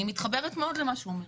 אני מתחברת מאוד למה שהוא אומר,